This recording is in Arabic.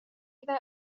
إذا